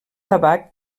tabac